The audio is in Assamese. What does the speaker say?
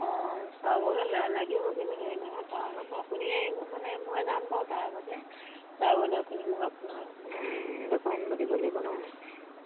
অঁ চাবগৈ লা লাগিব কিন্তু হেৰি নহয় তাৰ আগতে আপুনি আহিব মানে মই যাম বাৰু তাৰ আগতে তাৰ আগতে আপুনি মোক আপোনাৰ ডকুমেণ্টবোৰ দিব লাগিব নহয়